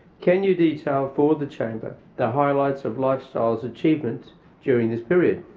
can you detail for the chamber the highlights of lifestyles achievement during this period?